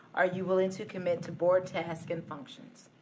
are you willing to commit to board tasks and functions?